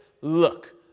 look